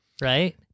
right